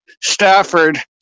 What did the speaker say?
Stafford